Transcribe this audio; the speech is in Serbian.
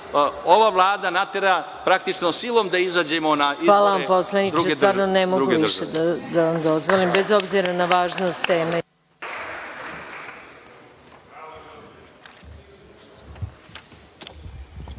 ova Vlada natera praktično silom da izađemo na izbore druge države.